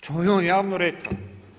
To je on javno rekao.